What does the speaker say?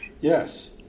yes